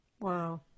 Wow